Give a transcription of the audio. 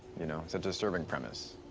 you know, it's a disturbing premise.